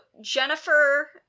Jennifer